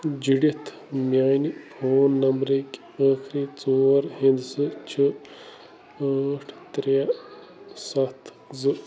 جُڑِتھ میٛانہِ فون نمبرٕکۍ ٲخری ژور ہِنٛدسہٕ چھِ ٲٹھ ترٛےٚ سَتھ زٕ